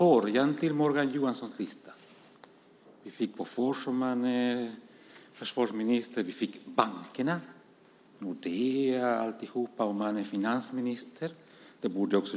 Tycker han det?